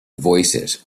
voicesand